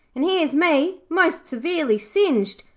and here's me, most severely singed,